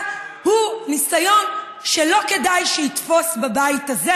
הוא ניסיון שלא כדאי שיתפוס בבית הזה,